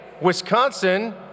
Wisconsin